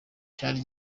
cyari